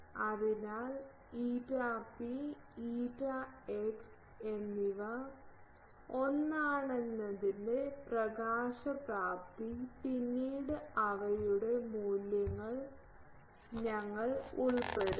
അതിനാൽ ηp ηx എന്നിവ ഒന്നാണെന്നതിന്റെ പ്രകാശപ്രാപ്തി പിന്നീട് അവയുടെ മൂല്യങ്ങൾ ഞങ്ങൾ ഉൾപ്പെടുത്തും